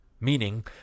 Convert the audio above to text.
meaning